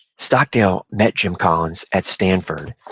stockdale met jim collins at stanford.